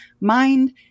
mind